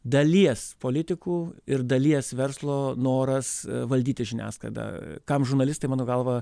dalies politikų ir dalies verslo noras valdyti žiniasklaidą kam žurnalistai mano galva